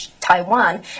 Taiwan